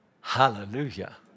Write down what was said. Hallelujah